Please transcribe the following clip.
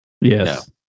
Yes